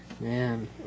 man